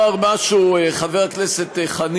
לנאום עכשיו אני רוצה לומר משהו, חבר הכנסת חנין.